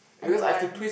I don't want